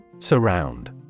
Surround